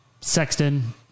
Sexton